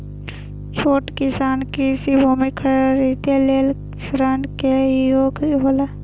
छोट किसान कृषि भूमि खरीदे लेल ऋण के योग्य हौला?